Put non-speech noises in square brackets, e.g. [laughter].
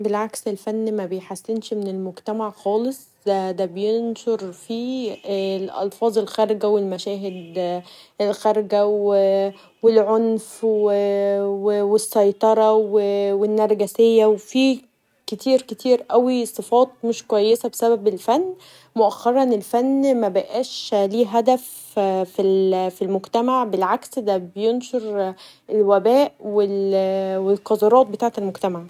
بالعكس الفن مبيحسنش من المجتمع خالص دا بينشر فيه [noise] الألفاظ الخارجه و مشاهد خارجه و العنف و السيطره و النرجسيه و فيه كتير كتير صفات مش كويسه بسبب الفن و مؤخرًا الفن مبقاش ليه هدف في المجتمع بالعكس دا بينشر الوباء و القذرات بتاعت المجتمع.